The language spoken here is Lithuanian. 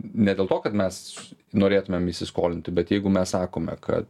ne dėl to kad mes norėtumėm įsiskolinti bet jeigu mes sakome kad